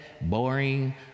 boring